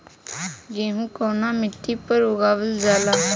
गेहूं कवना मिट्टी पर उगावल जाला?